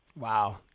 Wow